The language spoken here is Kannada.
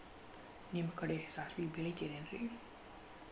ನಿಮ್ಮ ಕಡೆ ಸಾಸ್ವಿ ಬೆಳಿತಿರೆನ್ರಿ?